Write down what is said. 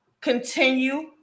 continue